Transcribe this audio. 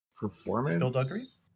performance